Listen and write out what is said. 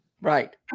Right